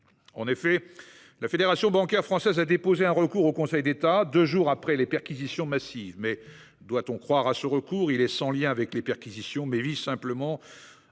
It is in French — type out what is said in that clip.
En effet, la Fédération bancaire française (FBF) a déposé un recours devant le Conseil d'État deux jours après les perquisitions massives. Mais doit-on croire à ce recours ? Il est en effet sans lien avec les perquisitions, mais vise simplement à